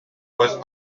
was